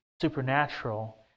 supernatural